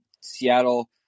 Seattle